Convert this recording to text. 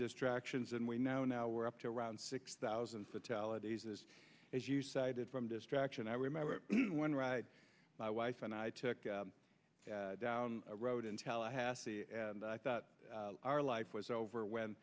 distractions and we know now we're up to around six thousand fatalities is as you cited from distraction i remember one right my wife and i took down a road in tallahassee and i thought our life was over when